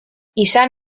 izan